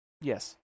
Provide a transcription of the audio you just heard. Yes